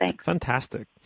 Fantastic